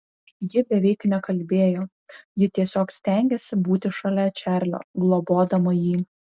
ji beveik nekalbėjo ji tiesiog stengėsi būti šalia čarlio globodama jį